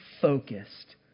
focused